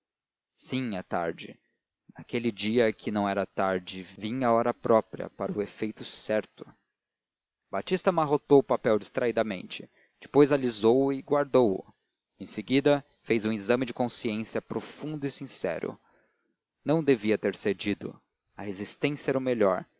sim é tarde naquele dia é que não era tarde vinha à hora própria para o efeito certo batista amarrotou o papel distraidamente depois alisou o e guardou-o em seguida fez um exame de consciência profundo e sincero não devia ter cedido a resistência era o melhor